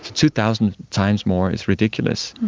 two thousand times more is ridiculous.